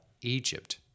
Egypt